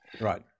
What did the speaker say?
right